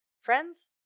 friends